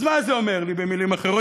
אז מה זה אומר לי, במילים אחרות?